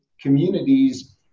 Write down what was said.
communities